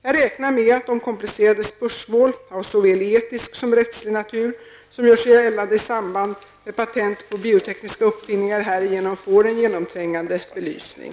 Jag räknar med att de komplicerade spörsmål av såväl etisk som rättslig natur som gör sig gällande i samband med patent på biotekniska uppfinningar härigenom får en genomträngande belysning.